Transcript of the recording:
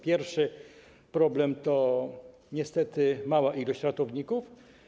Pierwszy problem to niestety mała ilość ratowników.